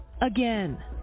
again